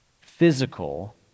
Physical